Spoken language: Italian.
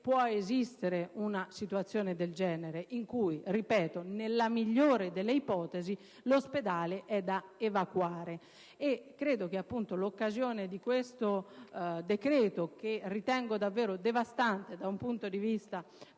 esistere una situazione del genere, in cui - ripeto - nella migliore delle ipotesi l'ospedale è da evacuare. Credo che l'occasione di questo decreto, che ritengo davvero devastante dal punto di vista politico